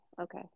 Okay